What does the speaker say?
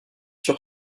sur